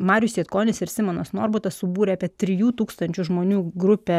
marius jatkonis ir simonas norbutas subūrė apie trijų tūkstančių žmonių grupę